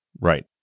Right